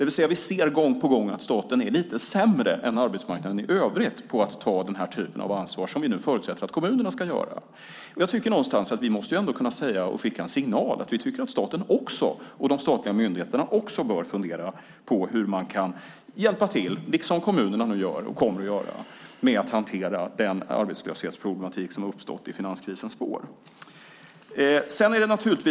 Vi ser gång på gång att staten är lite sämre än arbetsmarknaden i övrigt på att ta den typ av ansvar som vi nu förutsätter att kommunerna ska göra. Jag tycker att vi måste kunna säga och skicka en signal att vi tycker att också staten och de statliga myndigheterna bör fundera på hur man kan hjälpa till, liksom kommunerna nu gör och kommer att göra, med att hantera den arbetslöshetsproblematik som uppstått i finanskrisens spår.